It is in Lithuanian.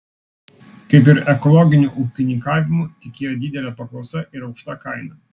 kaip ir ekologiniu ūkininkavimu tikėjo didele paklausa ir aukšta kaina